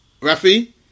Rafi